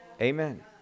Amen